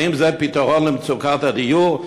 האם זה פתרון למצוקת הדיור,